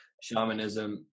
shamanism